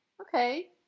okay